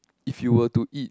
if you were to eat